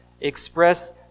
Express